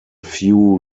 few